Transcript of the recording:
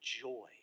joy